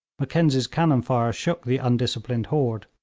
mackenzie's cannon fire shook the undisciplined horde,